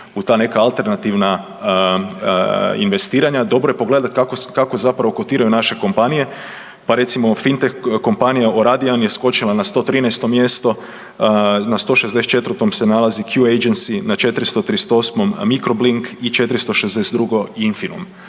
u ta neka alternativna investiranja, dobro je pogledati kako zapravo kotiraju naše kompanije. Pa redimo fintech kompanija Oradian je skočila je 113. mjesto na 164. se nalazi na Q agency, na 438. Microblink i 462. Infinum